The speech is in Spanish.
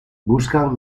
buscan